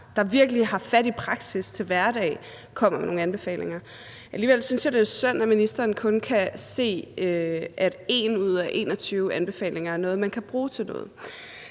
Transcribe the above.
der virkelig har fat i praksis til hverdag, og som kommer med nogle anbefalinger. Alligevel synes jeg, det er synd, at ministeren kun kan se, at 1 ud af 21 anbefalinger er noget, man kan bruge til noget,